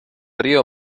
río